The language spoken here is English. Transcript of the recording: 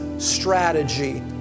strategy